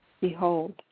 Behold